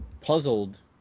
puzzled